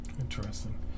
Interesting